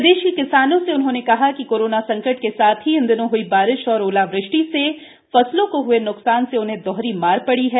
प्रदेश के किसानों से कहा है कि कोरोना संकट के साथ ही इन दिनों हुई बारिश और ओलावृष्टि से फसलों को हए न्कसान से किसानों पर दोहरी मार पड़ी है